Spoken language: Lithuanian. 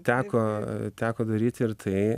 teko teko daryti ir tai